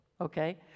okay